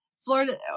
Florida